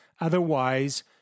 otherwise